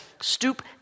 stoop